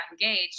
engaged